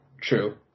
true